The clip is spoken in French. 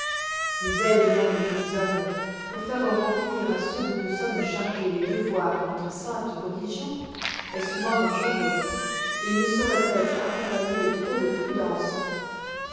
le zèle même que nous avons pour faire remplir à ceux dont nous sommes chargés les devoirs de notre sainte religion est souvent dangereux et il ne sauroit être accompagné de trop de prudence